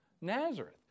Nazareth